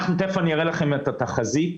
תיכף אראה לכם את התחזית.